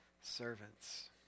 servants